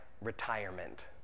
retirement